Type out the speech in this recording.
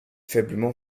faiblement